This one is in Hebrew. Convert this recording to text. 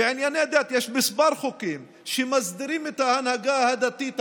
בענייני דת יש כמה חוקים שמסדירים את ההנהגה הדתית היהודית,